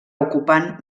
ocupant